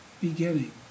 beginning